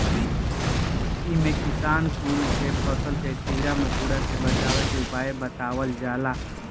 इमे किसान कुल के फसल के कीड़ा मकोड़ा से बचावे के उपाय बतावल जाला